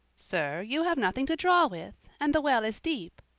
sir, you have nothing to draw with, and the well is deep.